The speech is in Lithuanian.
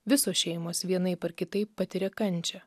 visos šeimos vienaip ar kitaip patiria kančią